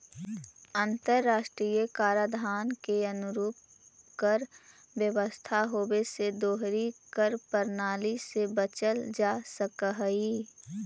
अंतर्राष्ट्रीय कराधान के अनुरूप कर व्यवस्था होवे से दोहरी कर प्रणाली से बचल जा सकऽ हई